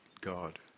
God